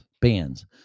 bands